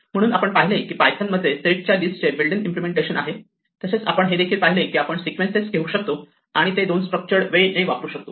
म्हणून आपण पाहिले की पायथन मध्ये सेट च्या लिस्ट चे बिल्ट इन इम्पलेमेंटेशन आहे तसेच आपण हे देखिल पाहिले की आपण सिक्वेन्सएस घेऊ शकतो आणि ते दोन स्ट्रक्चर वे ने वापरू शकतो